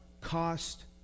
cost